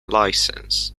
license